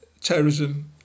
terrorism